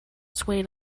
swayed